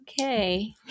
Okay